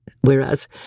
Whereas